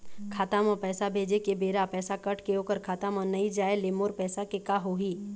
खाता म पैसा भेजे के बेरा पैसा कट के ओकर खाता म नई जाय ले मोर पैसा के का होही?